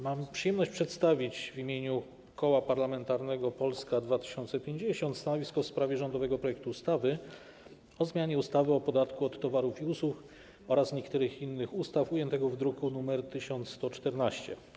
Mam przyjemność przedstawić w imieniu Koła Parlamentarnego Polska 2050 stanowisko w sprawie rządowego projektu ustawy o zmianie ustawy o podatku od towarów i usług oraz niektórych innych ustaw, ujętego w druku nr 1114.